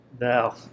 No